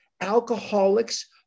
alcoholics